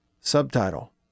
Subtitle